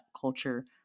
culture